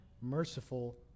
merciful